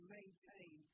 maintain